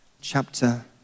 chapter